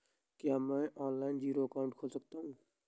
क्या मैं online zero account खोल सकता हूँ?